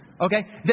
Okay